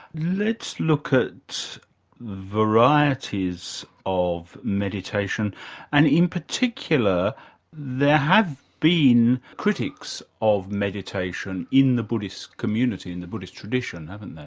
let's look at varieties of meditation and in particular there have been critics of meditation in the buddhist community, in the buddhist tradition, haven't there?